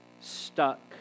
stuck